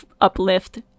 uplift